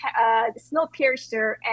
Snowpiercer